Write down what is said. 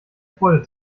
freude